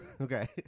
Okay